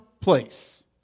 place